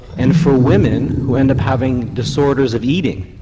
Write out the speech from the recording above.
and for women who end up having disorders of eating,